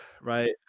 Right